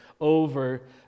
over